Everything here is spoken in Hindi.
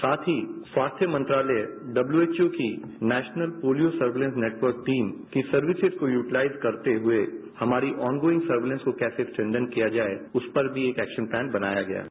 साथ ही स्वास्थ्य मंत्रालय डब्ल्यू एच ओ की national polio surveillance network team की सर्विसिज को यूटिलाइज करते हुए हमारी ऑन गोइंग सर्विलेंस को कैसे स्टॅलेन किया जाए उस पर भी एक एक्शन प्लान बनाया गया है